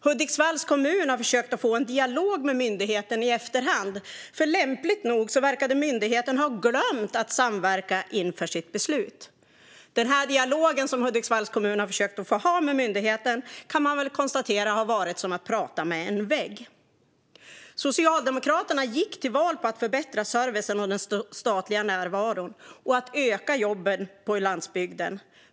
Hudiksvalls kommun har försökt att få en dialog med myndigheten i efterhand, för lämpligt nog verkade myndigheten ha glömt att samverka inför sitt beslut. Den dialog som Hudiksvalls kommun har försökt att ha med myndigheten kan man konstatera har varit som att prata med en vägg. Socialdemokraterna gick till val på att förbättra servicen och den statliga närvaron och att öka antalet jobb på landsbygden.